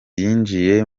yinjiye